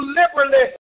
liberally